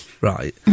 Right